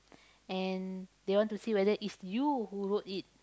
and they want to see whether is you who wrote it